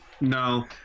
no